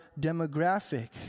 demographic